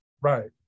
Right